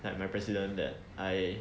like my president that I